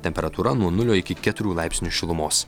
temperatūra nuo nulio iki keturių laipsnių šilumos